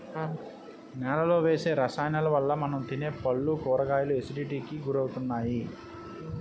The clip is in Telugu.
నేలలో వేసే రసాయనాలవల్ల మనం తినే పళ్ళు, కూరగాయలు ఎసిడిటీకి గురవుతున్నాయి